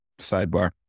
sidebar